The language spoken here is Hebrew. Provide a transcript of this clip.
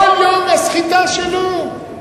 כל יום והסחיטה שלו.